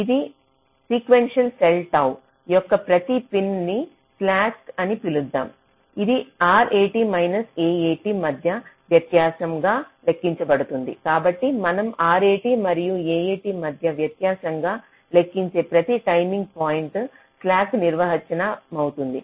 ఇది sequential cell tau యొక్క ప్రతి పిన్ ని స్లాక్ అని పిలుద్దాం ఇది RAT మైనస్ AAT మధ్య వ్యత్యాసంగా లెక్కించబడుతుంది కాబట్టి మనం RAT మరియు AAT మధ్య వ్యత్యాసంగా లెక్కించే ప్రతి టైమింగ్ పాయింట్ స్లాక్ నిర్వచనమౌతుంది